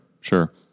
Sure